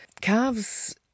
Calves